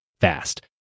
fast